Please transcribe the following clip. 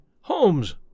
Holmes